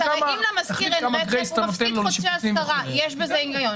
אם יש השכרה לחמש שנים, אז מה הבעיה?